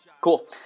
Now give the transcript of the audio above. Cool